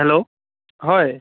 hello হয়